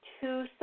two